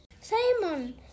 Simon